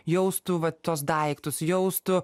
jaustų va tuos daiktus jaustų